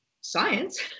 science